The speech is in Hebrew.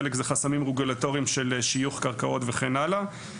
חלק הם חסמים רגולטוריים של שיוך קרקעות וכן הלאה.